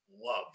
love